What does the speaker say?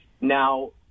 Now